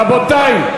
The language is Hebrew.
רבותי.